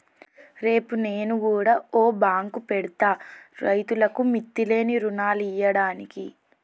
రేపు నేను గుడ ఓ బాంకు పెడ్తా, రైతులకు మిత్తిలేని రుణాలియ్యడానికి